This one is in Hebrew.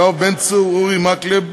יואב בן צור, אורי מקלב,